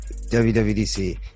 WWDC